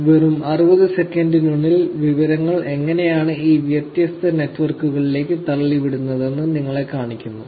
" വെറും 60 സെക്കൻഡിനുള്ളിൽ വിവരങ്ങൾ എങ്ങനെയാണ് ഈ വ്യത്യസ്ത നെറ്റ്വർക്കുകളിലേക്ക് തള്ളിവിടുന്നതെന്ന് നിങ്ങളെ കാണിക്കുന്നു